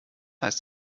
heißt